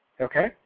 Okay